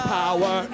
power